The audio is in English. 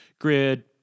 grid